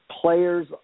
players